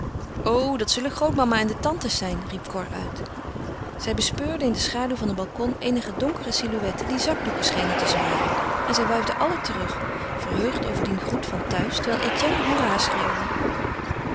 o dat zullen grootmama en de tantes zijn riep cor uit zij bespeurden in de schaduw van een balcon eenige donkere silhouetten die zakdoeken schenen te zwaaien en zij wuifden allen terug verheugd over dien groet van thuis terwijl etienne hoera schreeuwde